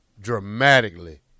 dramatically